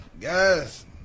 Guys